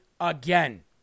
again